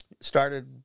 started